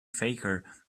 faker